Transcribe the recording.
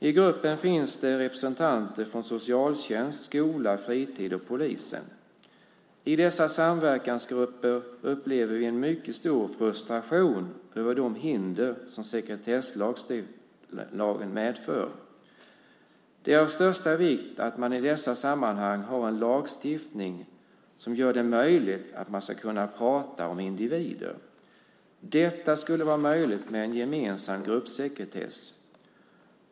I gruppen finns det representanter från socialtjänst, skola, fritid och polisen. I dessa samverkansgrupper upplever vi en mycket stor frustration över de hinder som sekretesslagen medför. Det är av största vikt att man i dessa sammanhang har en lagstiftning som gör det möjligt att kunna prata om individer. Detta skulle vara möjligt med en gemensam gruppsekretess.